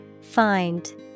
Find